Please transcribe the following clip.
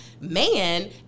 man